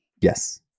Yes